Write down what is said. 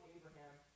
Abraham